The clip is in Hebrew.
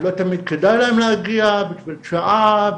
לא תמיד כדאי להם להגיע בשביל שעה,